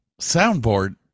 soundboard